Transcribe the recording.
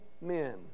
men